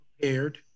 prepared